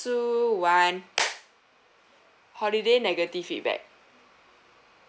two one holiday negative feedback